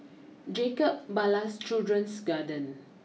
Jacob Ballas Children's Garden